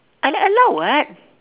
I like allow [what]